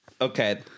Okay